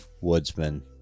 woodsman